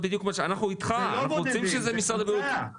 אנחנו אתך, אנחנו רוצים שמשרד הבריאות יאשר את זה.